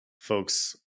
folks